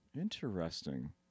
Interesting